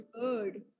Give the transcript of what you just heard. good